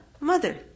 mother